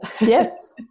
Yes